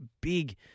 big